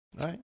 right